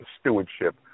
stewardship